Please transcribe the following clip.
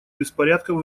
беспорядков